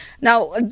Now